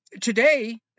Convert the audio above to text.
today